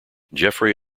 geoffrey